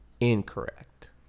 Incorrect